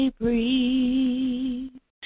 breathe